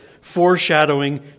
foreshadowing